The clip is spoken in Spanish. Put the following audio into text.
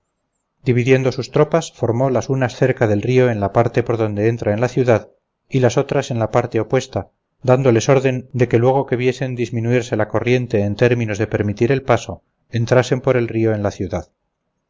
dividiendo sus tropas formó las unas cerca del río en la parte por donde entra en la ciudad y las otras en la parte opuesta dándoles orden de que luego que viesen disminuirse la corriente en términos de permitir el paso entrasen por el río en la ciudad